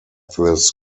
this